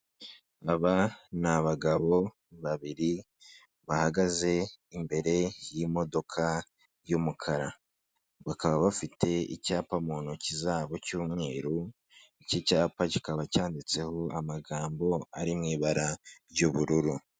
Aba n'abagabo babiri bahagaze imbere y'imodoka y'umukara, bakaba bafite icyapa mu ntoki zabo cy'umweru, iki cyapa kikaba cyanditseho amagambo ari mu ibara ry'ubururu.